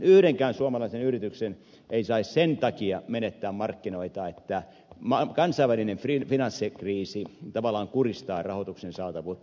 yksikään suomalainen yritys ei saisi sen takia menettää markkinoitaan tähti maan päänsä väline niin että kansainvälinen finanssikriisi tavallaan kuristaa rahoituksen saatavuutta